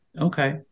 Okay